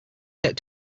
set